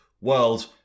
world